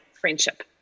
friendship